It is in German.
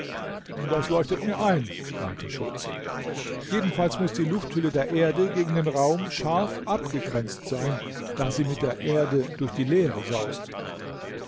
das leuchtet mir ein meinte schultze jedenfalls muß die lufthülle der erde gegen den raum scharf abgegrenzt sein da sie mit der erde durch die leere saust